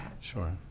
Sure